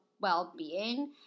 well-being